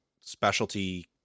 specialty